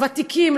הוותיקים,